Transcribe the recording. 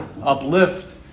uplift